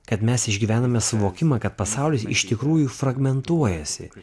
kad mes išgyvename suvokimą kad pasaulis iš tikrųjų fragmentuojasi